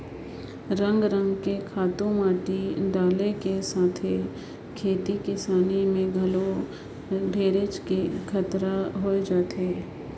रंग रंग के खातू माटी डाले के सेथा खेती किसानी में घलो ढेरेच के खतरा होय जाथे